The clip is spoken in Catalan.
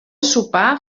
sopar